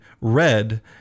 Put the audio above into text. red